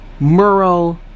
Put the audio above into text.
Murrow